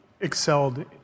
excelled